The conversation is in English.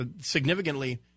Significantly